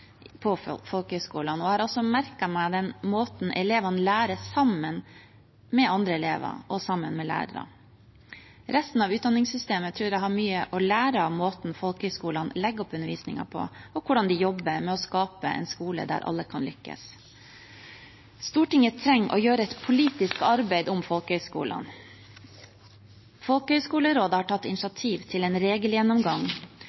og jeg har også merket meg den måten elevene lærer på sammen med andre elever og sammen med lærerne. Resten av utdanningssystemet tror jeg har mye å lære av måten folkehøyskolene legger opp undervisningen på, og hvordan de jobber med å skape en skole der alle kan lykkes. Stortinget trenger å gjøre et politisk arbeid om folkehøyskolene. Folkehøgskolerådet har tatt